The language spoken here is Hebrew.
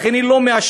לכן היא לא מאשרת,